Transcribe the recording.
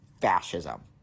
fascism